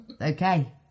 okay